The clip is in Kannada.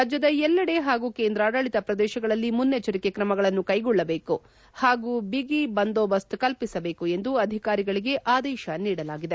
ರಾಜ್ವದ ಎಲ್ಲೆಡೆ ಹಾಗೂ ಕೇಂದ್ರಾಡಳಿತ ಪ್ರದೇಶಗಳಲ್ಲಿ ಮುನ್ನೆಚ್ಚರಿಕೆ ಕ್ರಮಗಳನ್ನು ಕೈಗೊಳ್ಳದೇಕು ಹಾಗೂ ಬಿಗಿ ಬಂದೋಬಸ್ತ್ ಕಲ್ಪಿಸಬೇಕು ಎಂದು ಅಧಿಕಾರಿಗಳಿಗೆ ಆದೇಶ ನೀಡಲಾಗಿದೆ